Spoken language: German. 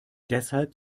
deshalb